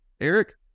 Eric